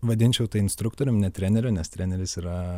vadinčiau tai instruktorium ne treneriu nes treneris yra